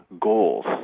goals